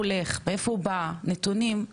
רוב הזמן אני מקבלת אחלה נתונים מכם,